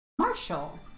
Marshall